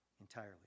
entirely